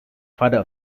father